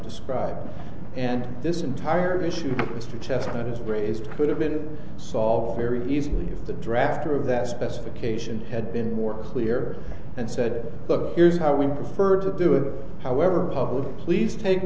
described and this entire issue to suggest that is raised could have been solved very easily of the draft or of that specification had been more clear and said look here's how we prefer to do it however public please take